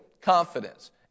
confidence